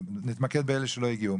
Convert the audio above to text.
נתמקד באלו שלא הגיעו.